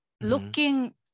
looking